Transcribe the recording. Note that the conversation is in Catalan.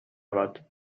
abat